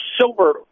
silver